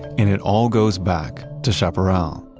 and it all goes back to chaparral.